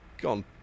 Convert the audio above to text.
gone